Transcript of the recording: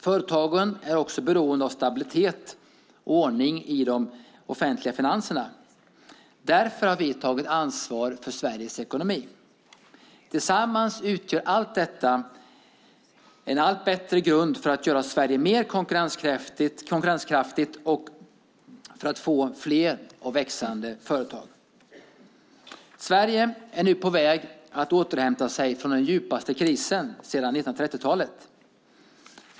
Företagen är också beroende av stabilitet och ordning i de offentliga finanserna. Därför har vi tagit ansvar för Sveriges ekonomi. Tillsammans utgör allt detta en allt bättre grund för att göra Sverige mer konkurrenskraftigt och för att få fler och växande företag. Sverige är nu på väg att återhämta sig från den djupaste krisen sedan 1930-talet.